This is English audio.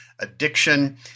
addiction